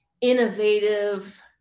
innovative